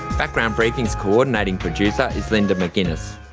background briefing's coordinating producer is linda mcginness,